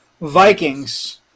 Vikings